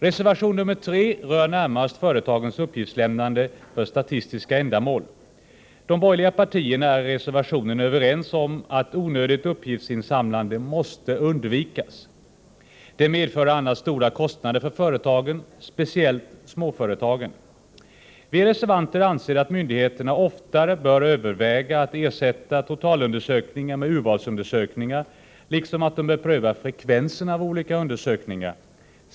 Reservation 3 rör närmast företagens uppgiftslämnande för statistiska ändamål. De borgerliga partierna är i reservationen överens om att onödigt uppgiftsinsamlande måste undvikas. Det medför annars stora kostnader för företagen, speciellt småföretagen. Vi reservanter anser att myndigheterna oftare bör överväga att ersätta totalundersökningar med urvalsundersökningar, liksom att de bör pröva frekvensen av olika undersökningar.